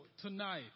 tonight